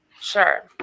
Sure